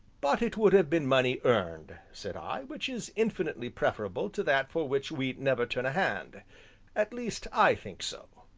but it would have been money earned, said i, which is infinitely preferable to that for which we never turn a hand at least, i think so.